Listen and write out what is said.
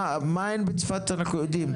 מה אין בצפת אנחנו יודעים.